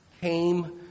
came